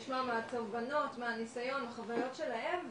לשמוע מהתובנות מהניסיון והחוויות שלהם,